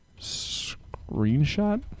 Screenshot